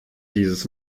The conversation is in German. dieses